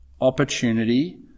Opportunity